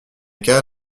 qu’à